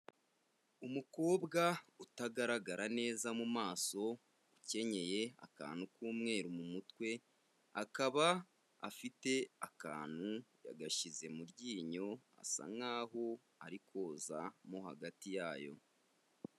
Umukobwa utagaragara neza mu maso, ukenyeye akantu k'umweru mu mutwe, akaba afite akantu yagashyize mu ryinyo, asa nkaho ari koza mo hagati yayo.